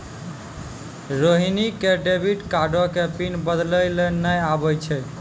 रोहिणी क डेबिट कार्डो के पिन बदलै लेय नै आबै छै